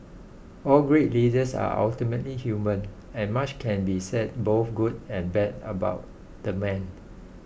all great leaders are ultimately human and much can be said both good and bad about the man